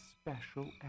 special